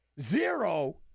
Zero